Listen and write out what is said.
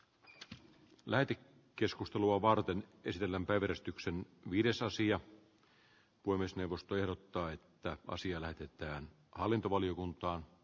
hän lähti keskustelua varten kyselenpä verestyksen viides asia voi myös neuvosto ehdottaa että asia lähetetään hallintovaliokunta